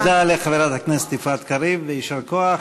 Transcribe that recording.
תודה לחברת הכנסת יפעת קריב ויישר-כוח.